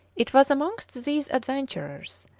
it was amongst these adventurers,